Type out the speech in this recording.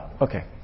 okay